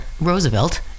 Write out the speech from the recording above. Roosevelt